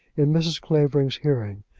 in mrs. clavering's hearing,